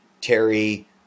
Terry